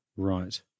Right